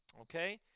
Okay